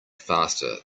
faster